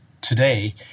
today